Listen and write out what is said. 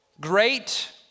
great